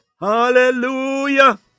hallelujah